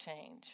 change